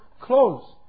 clothes